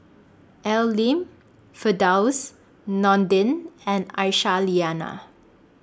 Al Lim Firdaus Nordin and Aisyah Lyana